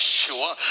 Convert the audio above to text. sure